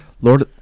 Lord